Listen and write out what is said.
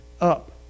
up